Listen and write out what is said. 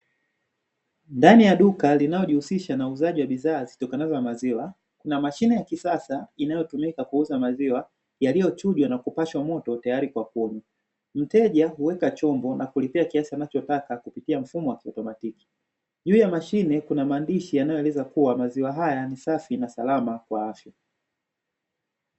Ndani ya duka linalojihusisha na uuzaji wa bidhaa zitokanazo na maziwa, kuna mashine ya kisasa inayotumika kuuza maziwa yaliyochujwa na kupashwa moto tayari kwa kunywa. Mteja huweka chombo na kulipia kiasi anachotaka kupitia mfumo wa kiautomatiki . Juu ya mashine kuna maandishi yanayoeleza kuwa "maziwa haya ni safi na salama kwa afya".